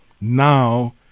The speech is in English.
now